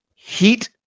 Heat